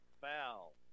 foul